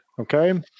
Okay